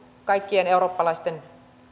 kaikkien eurooppalaisten